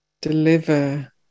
deliver